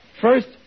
First